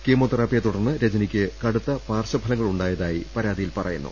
കീമോതെറാപ്പിയെ തുടർന്ന് രജനിക്ക് കടുത്ത പാർശ്വഫലങ്ങളുണ്ടായതായി പരാതിയിൽ പറയുന്നു